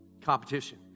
competition